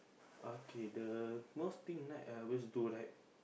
okay the most thing right I always do right